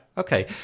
Okay